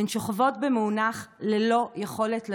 הן שוכבות במאונך, ללא יכולת לזוז,